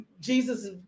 jesus